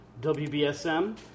WBSM